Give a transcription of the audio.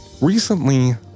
Recently